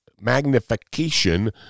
magnification